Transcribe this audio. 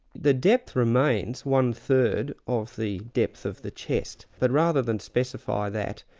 the depth remains one-third of the depth of the chest. but rather than specify that,